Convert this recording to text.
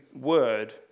word